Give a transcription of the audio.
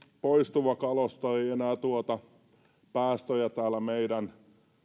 poistuva kalusto ei enää tuota päästöjä täällä meidän